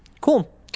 cool